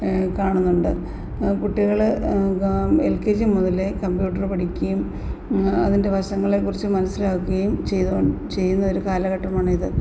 കാണുന്നുണ്ട് കുട്ടികള് L K G മുതലേ കമ്പ്യൂട്ടര് പഠിക്കുകയും അതിന്റെ വശങ്ങളെക്കുറിച്ച് മനസ്സിലാക്കുകയും ചെയ്യുന്ന ഒരു കാലഘട്ടമാണ് ഇത്